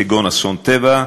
כגון אסון טבע,